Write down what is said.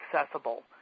accessible